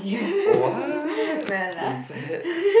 what so sad